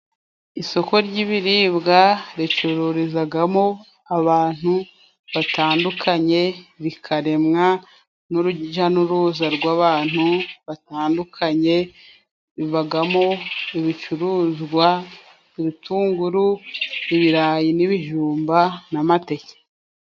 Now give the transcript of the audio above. Isoko ry'ibiribwa ricururizagamo abantu batandukanye. Bikaremwa n'urujya n'uruza rw'abantu batandukanye. Bivagamo ibicuruzwa ibitunguru, ibirayi n'ibijumba n'amateke.